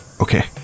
okay